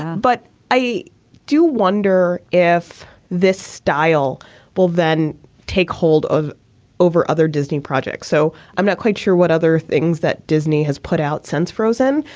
but i do wonder if this style will then take hold of over other disney projects. so i'm not quite sure what other things that disney has put out since frozen.